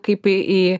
kaip į į